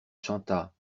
chanta